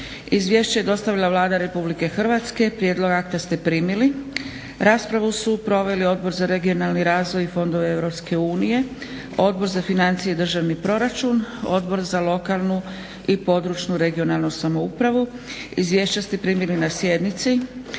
Izvješće je dostavila Vlada RH. prijedlog akta ste primili. Raspravu su proveli Odbor za regionalni razvoj i fondove EU, Odbor za financije i državni proračun, Odbor za lokalnu i područnu (regionalnu) samoupravu. Izvješća ste primili na sjednici.